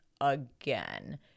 again